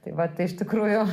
tai va tai iš tikrųjų